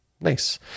nice